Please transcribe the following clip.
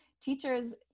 teachers